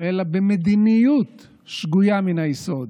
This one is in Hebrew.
אלא במדיניות שגויה מן היסוד,